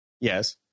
Yes